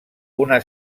una